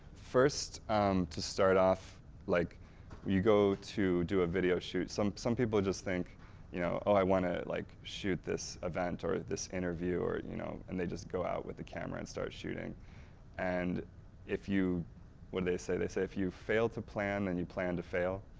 first to start off like you go to do a video shoot, some some people just think you know oh! i want to like shoot this event or this interview or you know and they just go out with the camera and start shooting and if you what do they say? they say, if you fail to plan and you plan to fail.